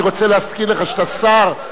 אני רוצה להזכיר לך שאתה שר,